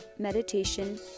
meditation